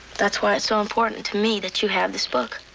that's why it's so important to me that you have this book.